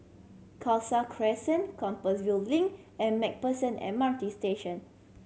Khalsa Crescent Compassvale Link and Macpherson M R T Station